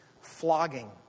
flogging